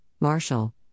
Marshall